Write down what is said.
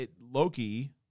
Loki